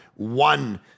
one